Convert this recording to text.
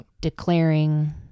declaring